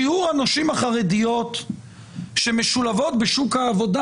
שיעור הנשים החרדיות שמשולבות בשוק העבודה